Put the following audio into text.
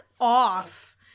off